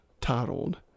titled